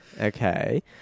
Okay